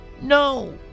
No